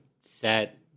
set